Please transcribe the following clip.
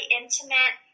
intimate